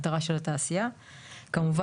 אחראי להטלת העיצומים הכספיים הוא סמנכ"ל אכיפה במשרד.